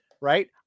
right